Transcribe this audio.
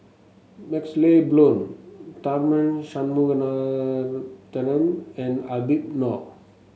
MaxLe Blond Tharman Shanmugaratnam and Habib Noh